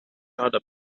other